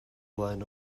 flaen